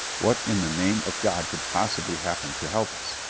what in the name of god could possibly happen to help us?